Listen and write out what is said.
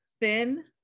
thin